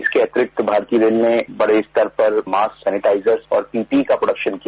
इसके अतिरिक्त भारतीय रेल ने बड़े स्तर पर मास्क सैनिटाइजर पीपीई का प्रोडक्शन किया